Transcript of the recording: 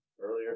earlier